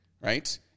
right